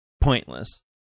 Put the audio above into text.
pointless